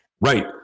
Right